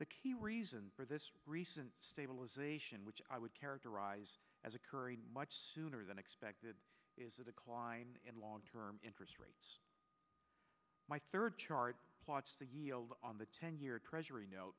the key reason for this recent stabilization which i would characterize as occurring much sooner than expected is a decline in long term interest rate my third chart plots the yield on the ten year treasury note